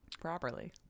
Properly